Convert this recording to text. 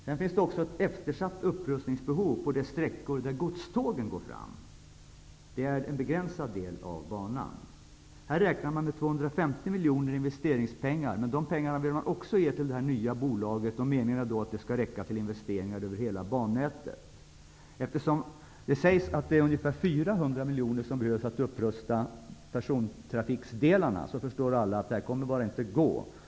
Det finns också ett eftersatt upprustningsbehov på de sträckor där godstågen går fram. Det är en begränsad del av banan. Här räknar man med 250 miljoner i investeringspengar, men de pengarna vill man också ge till det nya bolaget. Meningen är att de skall räcka till investeringar över hela bannätet. Eftersom det sägs att det är ungefär 400 miljoner som behövs för att upprusta persontrafiksdelarna, förstår alla att detta bara inte kommer att gå.